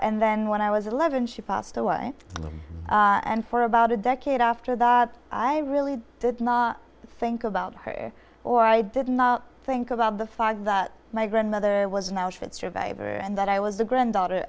and then when i was eleven she passed away and for about a decade after that i really didn't think about her or i did not think about the fact that my grandmother was now fit survivor and that i was the granddaughter